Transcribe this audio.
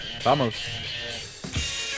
Vamos